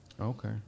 Okay